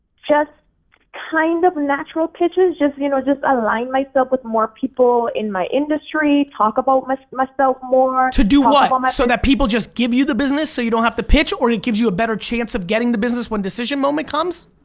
just kind of natural pitches, just you know just align myself with more people in my industry, talk about myself more. to do what, so that people just give you the business, so you don't have to pitch or it gives you a better chance of getting the business when decision moment comes?